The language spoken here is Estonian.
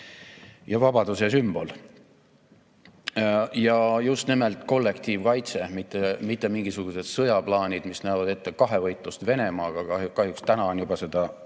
ja vabaduse sümbolid. Just nimelt kollektiivkaitse [on oluline], mitte mingisugused sõjaplaanid, mis näevad ette kahevõitlust Venemaaga. Kahjuks täna on juba seda